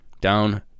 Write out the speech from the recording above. down